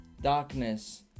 darkness